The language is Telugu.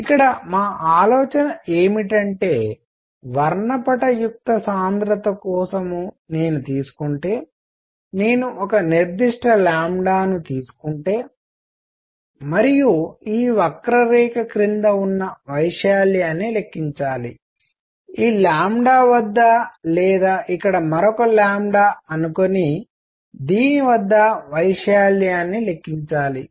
ఇక్కడ మా ఆలోచన ఏమిటంటే వర్ణపటయుక్త సాంద్రత కోసం నేను తీసుకుంటే నేను ఒక నిర్దిష్ట ను తీసుకుంటే మరియు ఈ వక్రరేఖ క్రింద ఉన్న వైశాల్యాన్ని లెక్కించాలి ఈ లాంబ్డా వద్ద లేదా ఇక్కడ మరొక అనుకొని దీని వద్ద వైశాల్యాన్ని లెక్కించాలి